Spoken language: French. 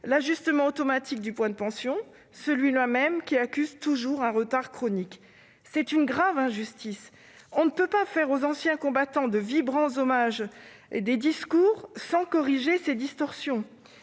l'ajustement automatique du point de pension, qui accuse toujours un retard chronique ; c'est une grave injustice. On ne peut pas faire aux anciens combattants de vibrants discours d'hommage, sans corriger ces distorsions.